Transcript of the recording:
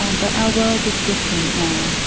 um but our world is different now.